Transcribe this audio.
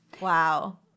Wow